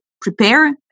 prepare